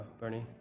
Bernie